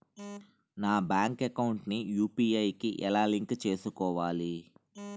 నా bank account ని UPI కి ఎలా లింక్ చేసుకోవాలి?